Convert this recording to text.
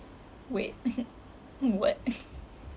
wait what